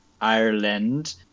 Ireland